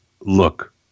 look